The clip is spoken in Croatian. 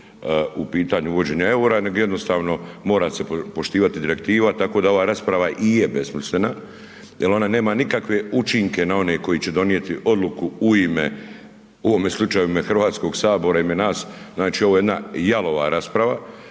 u pitanju uvođenja EUR-a neg jednostavno mora se poštivati direktiva, tako da ova rasprava i je besmislena jel ona nema nikakve učinke na one koji će donijeti odluku u ime, u ovome slučaju HS, u ime nas, znači ovo je jedna jalova rasprava